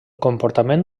comportament